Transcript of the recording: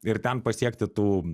ir ten pasiekti tų